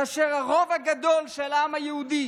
כאשר הרוב הגדול של העם היהודי